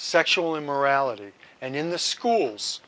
sexual immorality and in the schools